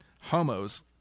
Homos